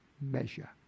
measure